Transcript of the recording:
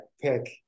pick